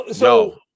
No